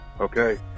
Okay